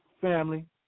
family